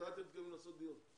מתי אתם מתכוונים לעשות דיון?